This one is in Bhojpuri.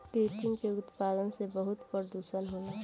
कृत्रिम के उत्पादन से बहुत प्रदुषण होला